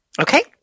Okay